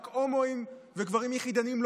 רק הומואים וגברים יחידניים,